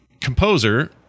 composer